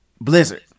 Blizzard